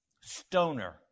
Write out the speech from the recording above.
stoner